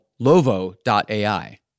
Lovo.ai